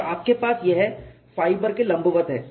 और आपके पास यह फाइबर के लंबवत है